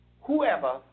whoever